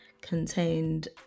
contained